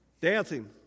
Dancing